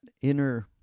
inner